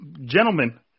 gentlemen